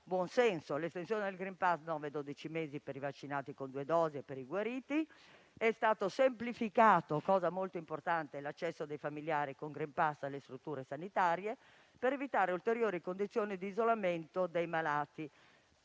buon senso, come l'estensione del *green pass* da nove a dodici mesi per i vaccinati con due dosi e per i guariti. È stato poi semplificato - cosa molto importante - l'accesso dei familiari con *green pass* alle strutture sanitarie, per evitare ulteriori condizioni di isolamento dei malati.